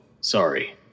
sorry